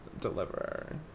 deliver